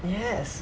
yes